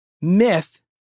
myth